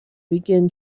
begin